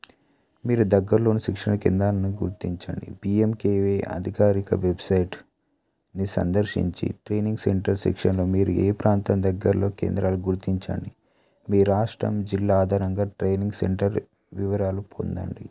మీరు దగ్గరలో ఉన్న శిక్షణ కేంద్రాన్ని గుర్తించండి పిఎంకెవి అధికారిక వెబ్సైట్ని సందర్శించి ట్రైనింగ్ సెంటర్ శిక్షణ మీరు ఏ ప్రాంతం దగ్గరలో కేంద్రాలు గుర్తించండి మీ రాష్ట్రం జిల్లా ఆధారంగా ట్రైనింగ్ సెంటర్ వివరాలు పొందండి